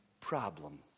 problem